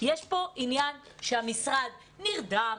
יש פה עניין שהמשרד נרדם,